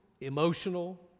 emotional